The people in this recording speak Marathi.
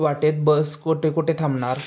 वाटेत बस कोठे कोठे थांबणार